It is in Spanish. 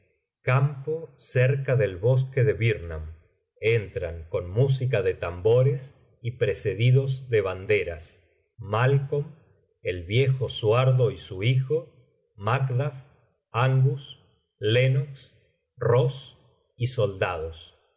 campo cerca del bosque de birnam entran con música de tambores y precedidos de banderas malcolm el vit jo suakdoysu hijo macduff angus lennox koss y soldados